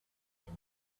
been